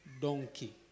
donkey